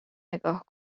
نگاه